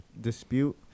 dispute